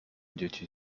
dzieci